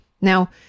Now